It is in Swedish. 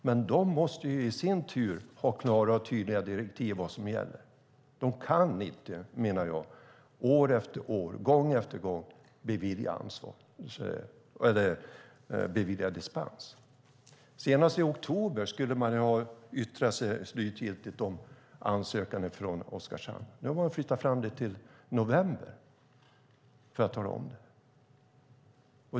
Men de måste ju i sin tur ha klara och tydliga direktiv för vad som gäller. De kan inte, menar jag, år efter år, gång efter gång bevilja dispens. Senast i oktober skulle man ha yttrat sig slutgiltigt om ansökan från Oskarshamn. Nu har man flyttat fram det yttrandet till november.